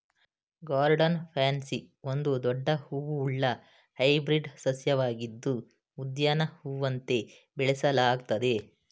garden pansy ಒಂದು ದೊಡ್ಡ ಹೂವುಳ್ಳ ಹೈಬ್ರಿಡ್ ಸಸ್ಯವಾಗಿದ್ದು ಉದ್ಯಾನ ಹೂವಂತೆ ಬೆಳೆಸಲಾಗ್ತದೆ